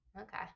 Okay